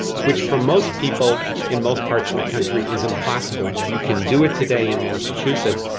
which for most people in most parts of the country is impossible. you can do it today in massachusetts,